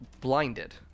blinded